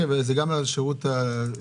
זה גם לשירות לאומי?